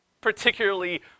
particularly